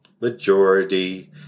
majority